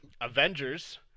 Avengers